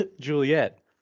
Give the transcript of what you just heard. Juliet